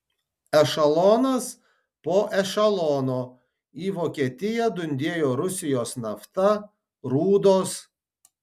ešelonas po ešelono į vokietiją dundėjo rusijos nafta rūdos